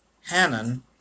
Hanan